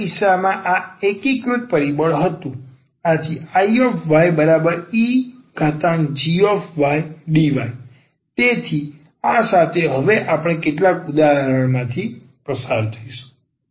અન્ય કિસ્સામાં આ એકીકૃત પરિબળ હતું Iye∫gydy તેથી આ સાથે હવે આપણે કેટલાક ઉદાહરણો માંથી પસાર થઈશું